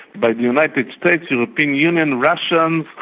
by the united states, european union, russia, um